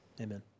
Amen